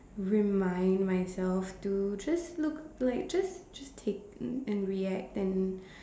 remind myself to just look like just just take um and react and